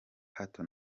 hato